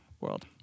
world